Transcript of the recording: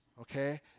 okay